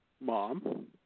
mom